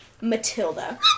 Matilda